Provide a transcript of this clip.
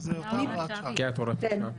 השעה, זו אותה הוראת שעה.